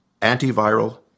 antiviral